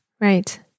right